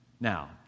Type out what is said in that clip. Now